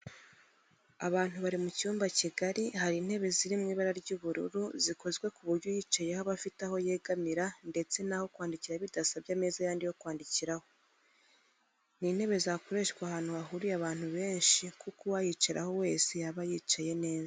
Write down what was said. Abantu bari mu cyumba kigari hari intebe ziri mu ibara ry'ubururu zikozwe ku buryo uyicayeho aba afite aho yegamira ndetse n'aho kwandikira bidasabye ameza yandi yo kwandikiraho. Ni intebe zakoreshwa ahantu hahuriye abantu benshi kuko uwayicaraho wese yaba yicaye neza